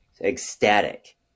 ecstatic